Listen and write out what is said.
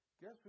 Guess